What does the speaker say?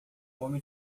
homem